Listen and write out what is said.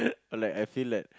or like I feel like